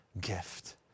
gift